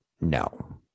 No